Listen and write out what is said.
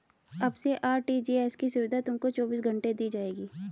अब से आर.टी.जी.एस की सुविधा तुमको चौबीस घंटे दी जाएगी